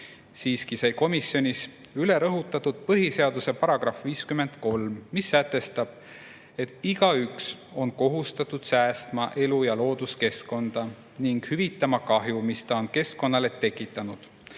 Siiski sai komisjonis üle rõhutatud põhiseaduse § 53, mis sätestab, et igaüks on kohustatud säästma elu‑ ja looduskeskkonda ning hüvitama kahju, mis ta on keskkonnale tekitanud.